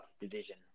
division